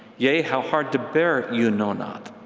yea, how hard to bear you know not.